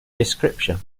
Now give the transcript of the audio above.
description